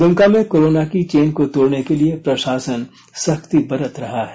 दुमका में कोरोना की चेन को तोड़ने के लिए प्रशासन सख्ती बरत रहा है